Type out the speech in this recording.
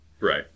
Right